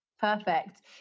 perfect